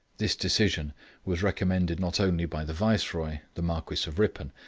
this decision was recommended not only by the viceroy, the marquis of ripon,